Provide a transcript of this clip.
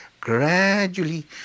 gradually